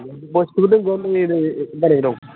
बयसखौबो दोनगोन बानायबाय दं